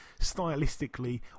stylistically